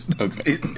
Okay